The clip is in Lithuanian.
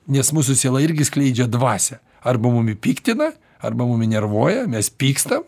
nes mūsų siela irgi skleidžia dvasią arba mumi piktina arba mumi nervuoja mes pykstam